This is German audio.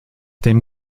dem